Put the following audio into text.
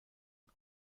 den